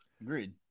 Agreed